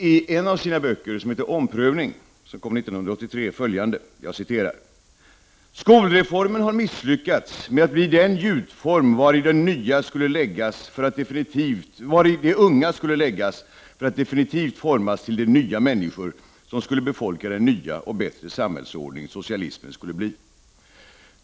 I en av sina böcker som heter ”Omprövning”och som kom ut 1983 skriver han följande: ”Skolreformen har misslyckats med att bli den gjutform vari de unga skulle läggas för att definitivt formas till de ”nya” människor som skulle befolka den nya och bättre samhällsordning socialismen skulle bli.